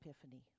epiphany